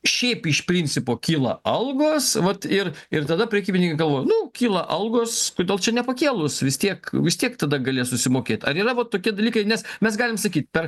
šiaip iš principo kyla algos vat ir ir tada prekybininkai galvoja nu kyla algos kodėl čia nepakėlus vis tiek vis tiek tada galės susimokėt ar yra vat tokie dalykai nes mes galim sakyt per